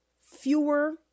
fewer